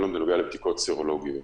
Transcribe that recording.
בנוגע לבדיקות סרולוגיות.